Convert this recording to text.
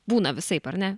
būna visaip ar ne